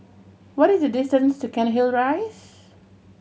what is the distance to Cairnhill Rise